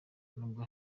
nubwo